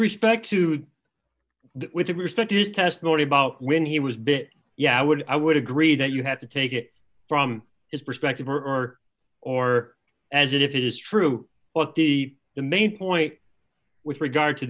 respect is testimony about when he was bit yeah i would i would agree that you have to take it from his perspective or or as if it is true but the main point with regard to